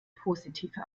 positive